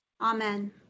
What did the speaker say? Amen